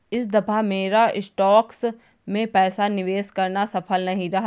इस दफा मेरा स्टॉक्स में पैसा निवेश करना सफल नहीं रहा